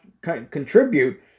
contribute